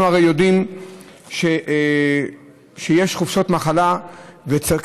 אנחנו הרי יודעים שיש חופשות מחלה כדי